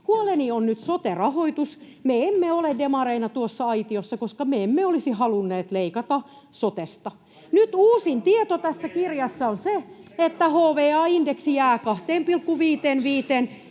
Huoleni on nyt sote-rahoitus. Me emme ole demareina tuossa aitiossa, koska me emme olisi halunneet leikata sotesta. [Ben Zyskowiczin välihuuto] Nyt uusin tieto tässä kirjassa on se, että HVA-indeksi jää 2,55:een,